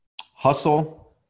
Hustle